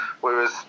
whereas